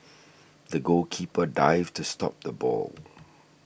the goalkeeper dived to stop the ball